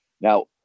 Now